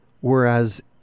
whereas